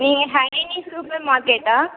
நீங்கள் ஹரினி சூப்பர் மார்க்கெட்டா